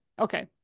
Okay